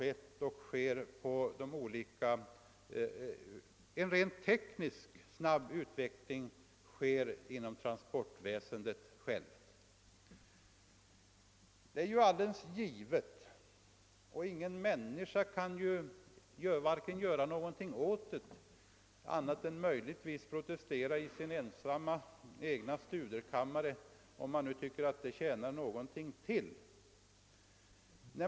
En explosionsartat snabb teknisk utveckling gör sig märkbar inom transporttekniken.